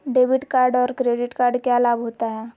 Debit card और credit card क्या लाभ होता है?